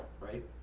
right